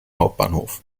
hauptbahnhof